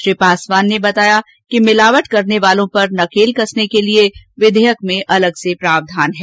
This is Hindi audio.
श्री पासवान ने बताया कि मिलावट करने वालों पर नकेल कसने के लिए विधेयक में अलग से प्रावधान है